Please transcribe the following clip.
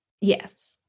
Yes